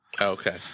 Okay